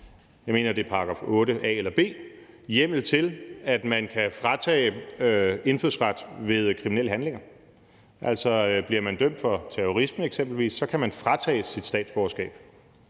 jeg mener, det er § 8 A eller B – hjemmel til, at man kan fratage indfødsret ved kriminelle handlinger. Altså, bliver man dømt for terrorisme eksempelvis, kan man fratages sit statsborgerskab.